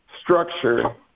structure